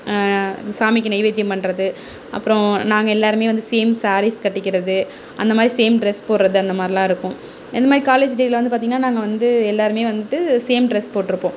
சாமிக்கு நெய் வைத்தியம் பண்ணுறது அப்றம் நாங்கள் எல்லோருமே வந்து சேம் சாரீஸ் கட்டிக்கிறது அந்த மாதிரி சேம் ட்ரெஸ் போடுறது அந்த மாதிரிலா இருக்கும் அந்த மாதிரி காலேஜ் டேவில் பார்த்தின்னா நாங்கள் வந்து எல்லோருமே வந்துட்டு சேம் ட்ரெஸ் போட்டிருப்போம்